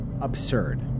absurd